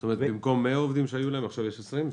זאת אומרת במקום 100 עובדים שהיו להם יש עכשיו 20?